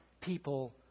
people